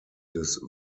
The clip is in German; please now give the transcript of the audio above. des